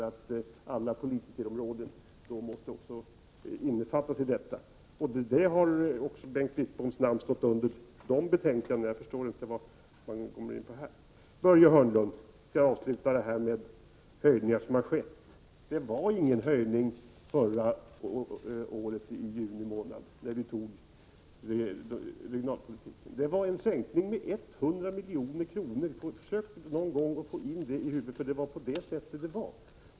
Då måste alla politikområden innefattas i en samordning. Även Bengt Wittboms namn har funnits med under dessa betänkanden, och därför förstår jag inte riktigt vad han menar. Börje Hörnlund talade om de höjningar som har skett. Men det skedde ingen höjning i juni månad förra året när vi fattade beslut om regionalpolitiken, utan det skedde en sänkning med 100 milj.kr. Försök att någon gång få in det i huvudet!